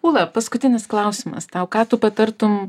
ūla paskutinis klausimas tau ką tu patartum